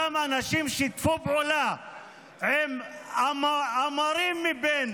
אותם אנשים שיתפו פעולה עם המרים מבין